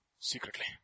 Secretly